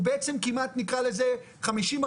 הוא בעצם כמעט נקרא לזה 50%,